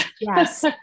Yes